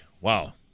wow